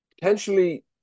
potentially